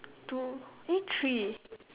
two eh three